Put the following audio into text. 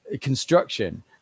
construction